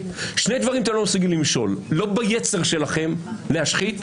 שני דברים אתם לא מסוגלים למשול: לא ביצר שלכם להשחית,